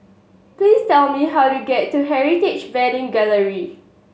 please tell me how to get to Heritage Wedding Gallery